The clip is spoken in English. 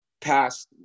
past